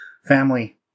family